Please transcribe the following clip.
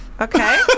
Okay